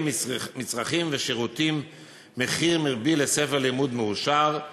מצרכים ושירותים (מחיר מרבי לספר לימוד מאושר),